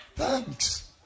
Thanks